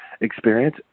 experience